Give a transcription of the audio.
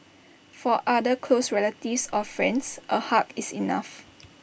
for other close relatives or friends A hug is enough